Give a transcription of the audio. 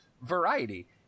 variety